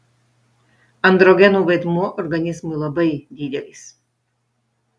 androgenų vaidmuo organizmui labai didelis